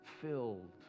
filled